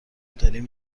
داریم